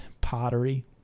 pottery